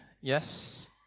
yes